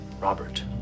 Robert